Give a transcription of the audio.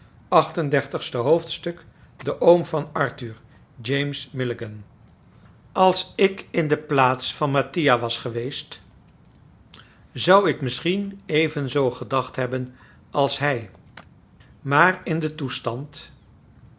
xxxvii de oom van arthur james milligan als ik in de plaats van mattia was geweest zou ik misschien even zoo gedacht hebben als hij maar in den toestand